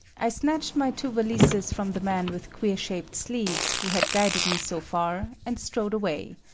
i snatched my two valises from the man with queer-shaped sleeves who had guided me so far, and strode away.